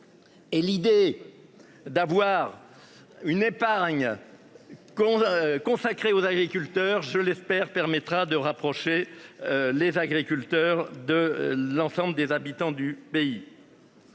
Et l'idée. D'avoir une épargne. Qu'on consacrée aux agriculteurs, je l'espère permettra de rapprocher. Les agriculteurs de l'ensemble des habitants du pays.